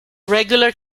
regular